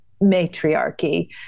matriarchy